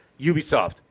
Ubisoft